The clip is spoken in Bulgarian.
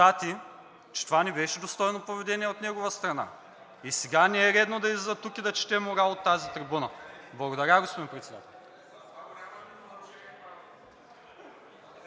че това не беше достойно поведение от негова страна и сега не е редно да излиза тук и да чете морал от тази трибуна. Благодаря, господин Председател.